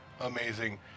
amazing